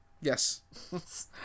Yes